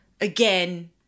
again